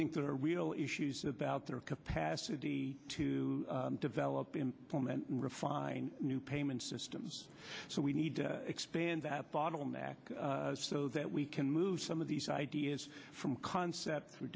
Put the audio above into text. think there are real issues about their capacity to develop implement and refine new payment systems so we need to expand that bottleneck so that we can move some of these ideas from concept